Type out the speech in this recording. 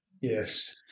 Yes